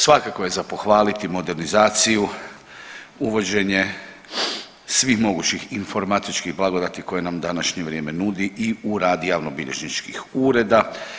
Svakako je za pohvaliti modernizaciju uvođenje svih mogućih informatičkih blagodati koje nam današnje vrijeme nudi i u rad javnobilježničkih ureda.